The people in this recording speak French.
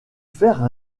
faire